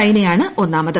ചൈനയാണ് ഒന്നാമത്